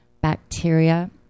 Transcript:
bacteria